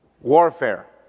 Warfare